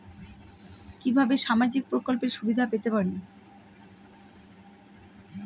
কিভাবে সামাজিক প্রকল্পের সুবিধা পেতে পারি?